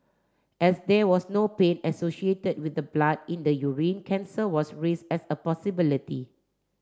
as there was no pain associated with the blood in the urine cancer was raise as a possibility